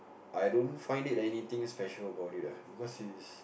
I don't find it anything special about it ah because it's